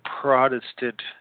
Protestant